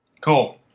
Cool